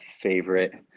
favorite